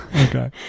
Okay